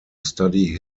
study